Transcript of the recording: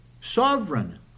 Sovereign